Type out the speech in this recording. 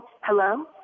hello